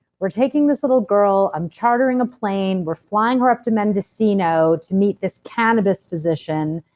we're taking this little girl, i'm chartering a plane, we're flying her up to mendocino, to meet this cannabis physician,